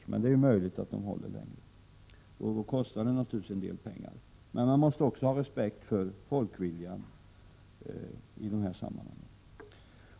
Det är emellertid möjligt att reaktorerna håller längre, och då kostar det naturligtvis en del pengar. Man måste dock ha respekt för folkviljan i dessa sammanhang.